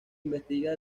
investiga